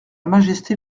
majesté